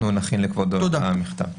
אנחנו נכין לכבודו מכתב.